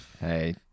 Hey